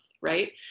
Right